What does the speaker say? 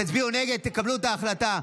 תצביעו נגד, תקבלו את ההחלטה.